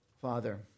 Father